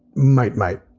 might, might.